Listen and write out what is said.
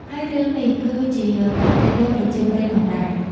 ហើយរឿងនេះ ក៏ជាប្រភេទរឿងប្រជាប្រិយផងដែរ។